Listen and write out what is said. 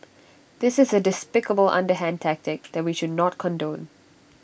this is A despicable underhand tactic that we should not condone